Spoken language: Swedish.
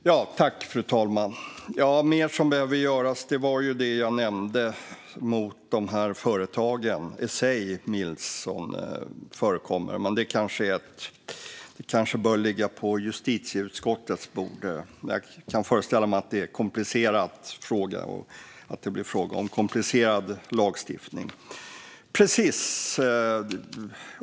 Fru talman! När det gäller mer som behöver göras nämnde jag de företag - essay mills - som förekommer, men detta kanske bör ligga på justitieutskottets bord. Jag kan föreställa mig att detta är en komplicerad fråga och att det blir fråga om komplicerad lagstiftning.